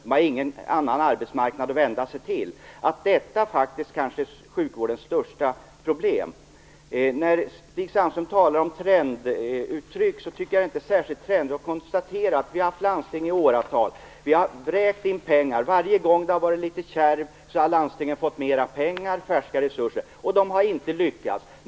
De har ingen annan arbetsmarknad att vända sig till, att detta faktiskt kanske är sjukvårdens största problem. Stig Sandström talar om trenduttryck, men jag tycker inte att det är särskilt trendigt att konstatera att vi har haft landsting i åratal, vi har vräkt in pengar. Varje gång det har varit litet kärvt har landstinget fått mer pengar, färska resurser, och de har inte lyckats.